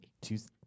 Tuesday